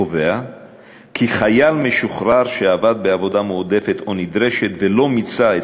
קובע כי חייל משוחרר שעבד בעבודה מועדפת או נדרשת ולא מיצה את